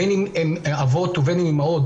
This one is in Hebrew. בין אם הם אבות ובין אם אימהות,